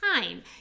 time